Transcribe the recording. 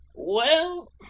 well,